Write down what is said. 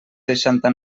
seixanta